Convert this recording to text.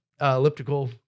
elliptical